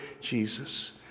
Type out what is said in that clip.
Jesus